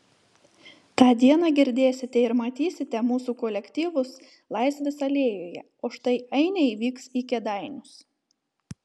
tą dieną girdėsite ir matysite mūsų kolektyvus laisvės alėjoje o štai ainiai vyks į kėdainius